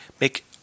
Make